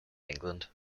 england